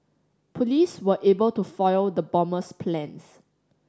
police were able to foil the bomber's plans